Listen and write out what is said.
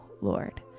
Lord